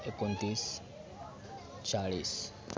एकोणतीस चाळीस